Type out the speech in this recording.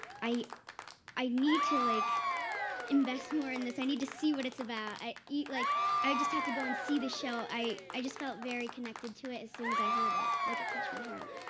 i i need to like invest more in this. i need to see what it's about. i like i just have to go and see the show. i i just felt very connected to it as soon as i heard it, like it touched my heart.